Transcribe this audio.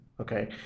okay